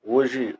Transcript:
Hoje